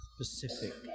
Specific